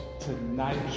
tonight